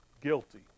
Guilty